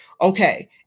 Okay